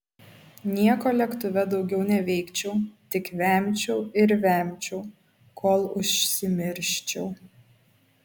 nieko lėktuve daugiau neveikčiau tik vemčiau ir vemčiau kol užsimirščiau